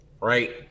right